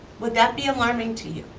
would that be alarming to you?